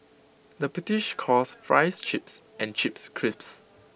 the British calls Fries Chips and chips crips